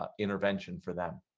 ah intervention for them